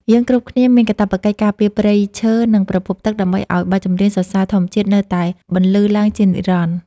យើងគ្រប់រូបមានកាតព្វកិច្ចការពារព្រៃឈើ និងប្រភពទឹក ដើម្បីឱ្យបទចម្រៀងសរសើរធម្មជាតិនៅតែបន្លឺឡើងជានិរន្តរ៍។